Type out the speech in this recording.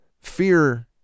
fear